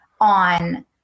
on